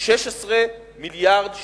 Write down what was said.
יחד 16 מיליארד שקלים,